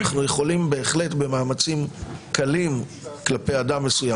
אנחנו יכולים בהחלט במאמצים קלים כלפי אדם מסוים,